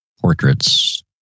portraits